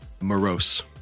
Morose